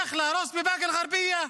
איך להרוס בבאקה אל-גרבייה,